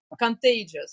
contagious